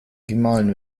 gemahlen